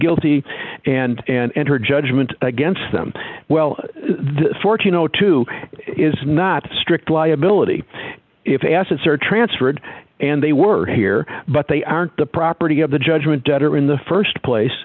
guilty and and her judgment against them well the fourteen o two is not strict liability if assets are transferred and they were here but they aren't the property of the judgment debtor in the st place